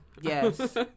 yes